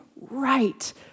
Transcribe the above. right